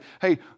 hey